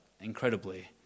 incredibly